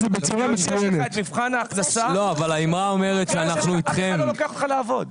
אם יש לך את מבחן ההכנסה אף אחד לא לוקח אותך לעבוד.